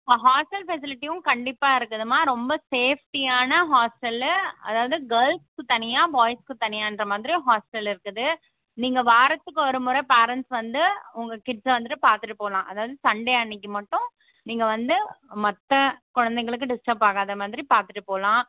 ஹா ஹாஸ்ட்டல் ஃபெசிலிட்டியும் கண்டிப்பாக இருக்குதும்மா ரொம்ப சேஃப்ட்டியான ஹாஸ்ட்டல்லு அதாவது கேர்ள்ஸுக்கு தனியாக பாய்ஸ்க்கு தனியான்ற மாதிரி ஹாஸ்ட்டல் இருக்குது நீங்கள் வாரத்துக்கு ஒரு முறை பேரன்ட்ஸ் வந்து உங்கள் கிட்ஸை வந்துவிட்டு பார்த்துட்டு போகலாம் அதாவது சண்டே அன்னிக்கு மட்டும் நீங்கள் வந்து மற்ற குழந்தைங்களுக்கு டிஸ்டர்ப் ஆகாத மாதிரி பார்த்துட்டு போகலாம்